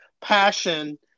passion